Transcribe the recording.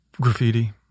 Graffiti